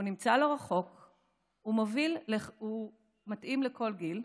\ הוא נמצא לא רחוק \ הוא מתאים לכל גיל.